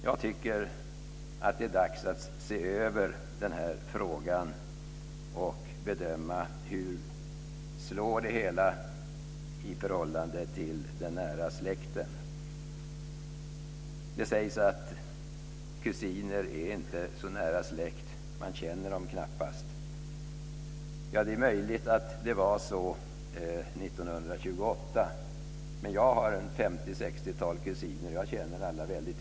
Jag tycker att det är dags att se över den här frågan och bedöma hur det hela slår i förhållande till den nära släkten. Det sägs att kusiner inte är så nära släkt, att man knappt känner dem. Det är möjligt att det var så 1928, men jag har 50-60 kusiner, och jag känner alla väl.